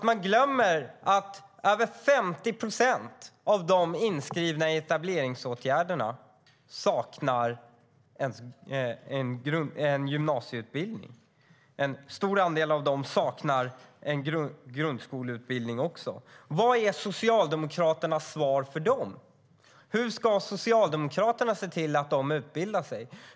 Men man glömmer att över 50 procent av de inskrivna i etableringsåtgärderna saknar en gymnasieutbildning, och en stor andel av dem saknar också en grundskoleutbildning. Vad är Socialdemokraternas svar för dem? Hur ska Socialdemokraterna se till att de utbildar sig?